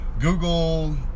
Google